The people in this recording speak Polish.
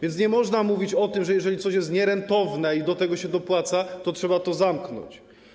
Nie można mówić o tym, że jeżeli coś jest nierentowne i do tego się dopłaca, to trzeba to zamknąć.